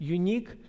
unique